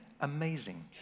amazing